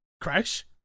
Crash